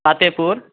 Fatehpur